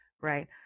right